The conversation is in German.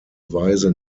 weise